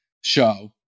show